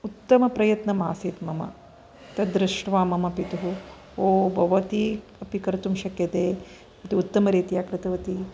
उत्तमप्रयत्नमासीत् मम तद् दृष्ट्वा मम पितुः ओ भवती अपि कर्तुं शक्यते एत उत्तमरीत्या कृतवती